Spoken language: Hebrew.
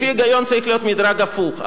לפי ההיגיון צריך להיות מדרג הפוך,